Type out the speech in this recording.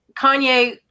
Kanye